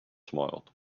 smiled